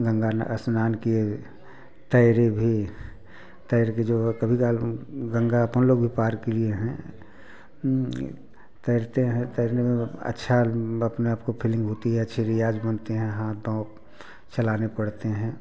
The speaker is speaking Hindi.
गंगा ने स्नान किए तैरे भी तैर कर जो है कभी काल गंगा अपन लोग भी पार किए हैं तैरते हैं तैरने में अच्छा अपने आप को फिलिंग होती है अच्छे रियाज बनते हैं हाथ पाँव चलाने पड़ते हैं